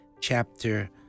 chapter